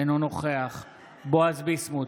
אינו נוכח בועז ביסמוט,